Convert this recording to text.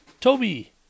Toby